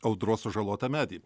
audros sužalotą medį